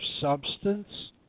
substance